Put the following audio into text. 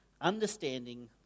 understanding